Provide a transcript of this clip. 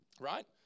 right